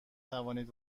توانید